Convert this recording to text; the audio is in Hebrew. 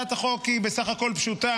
הצעת החוק בסך הכול פשוטה.